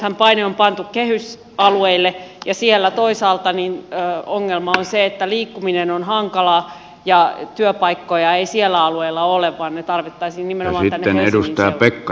nythän paine on pantu kehysalueille ja siellä toisaalta ongelma on se että liikkuminen on hankalaa ja työpaikkoja ei sillä alueella ole vaan asuntoja tarvittaisiin nimenomaan tänne helsingin seudulle